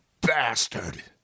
bastard